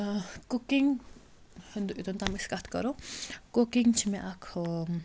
cooking ہُنٛد یوٚتَن تام أسۍ کَتھ کَرو کُکِنٛگ چھِ مےٚ اَکھ